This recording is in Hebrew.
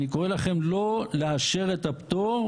אני קורא לכם לא לאשר את הפטור,